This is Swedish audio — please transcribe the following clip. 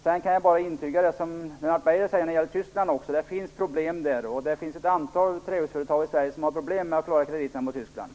Sedan kan jag bara intyga det som Lennart Beijer säger när det gäller Tyskland. Där finns problem. Det finns ett antal trähusföretag i Sverige som har problem med att klara krediterna mot Tyskland.